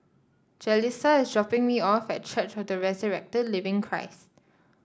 Jalissa is dropping me off at Church of the Resurrected Living Christ